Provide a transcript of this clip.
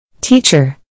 Teacher